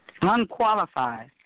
Unqualified